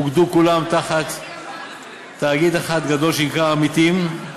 אוגדו כולן תחת תאגיד אחד גדול שנקרא "עמיתים",